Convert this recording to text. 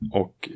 och